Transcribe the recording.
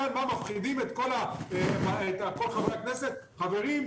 כאן באים ומפחידים את כל חברי הכנסת: חברים,